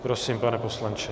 Prosím, pane poslanče.